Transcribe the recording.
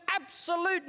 absolute